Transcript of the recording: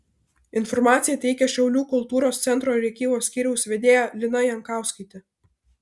informaciją teikia šiaulių kultūros centro rėkyvos skyriaus vedėja lina jankauskaitė